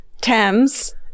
Thames